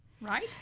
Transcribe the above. right